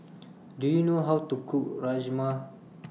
Do YOU know How to Cook Rajma